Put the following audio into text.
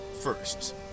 first